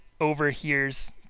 overhears